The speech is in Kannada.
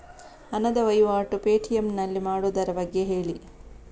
ಹಣದ ವಹಿವಾಟು ಪೇ.ಟಿ.ಎಂ ನಲ್ಲಿ ಮಾಡುವುದರ ಬಗ್ಗೆ ಹೇಳಿ